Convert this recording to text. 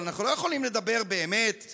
אבל אנחנו לא יכולים לדבר כמו